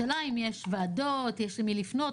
השאלה אם יש ועדות, יש למי לפנות?